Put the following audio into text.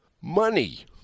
money